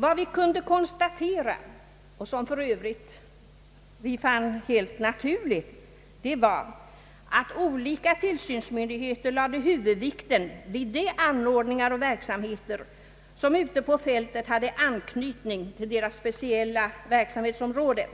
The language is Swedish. Vad vi kunde konstatera, och som vi för övrigt fann helt naturligt, var att olika tillsynsmyndigheter lade huvudvikten vid de anordningar och verksamheter som ute på fältet hade anknytning till deras speciella verksamhetsområde,